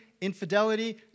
infidelity